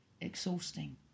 exhausting